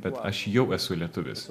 bet aš jau esu lietuvis